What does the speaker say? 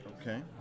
Okay